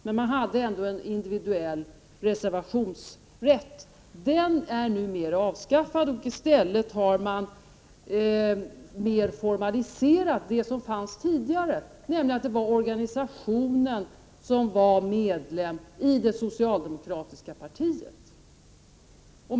Men man hade ändå en individuell reservationsrätt. Den är numera avskaffad. I stället har man mer formaliserat något som fanns också tidigare, nämligen att det var organisationen som var medlem i det socialdemokratiska partiet.